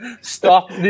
Stop